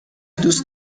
دوست